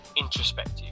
introspective